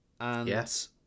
Yes